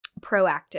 proactive